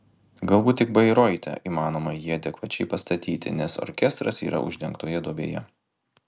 galbūt tik bairoite įmanoma jį adekvačiai pastatyti nes orkestras yra uždengtoje duobėje